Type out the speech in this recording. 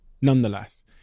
nonetheless